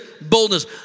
boldness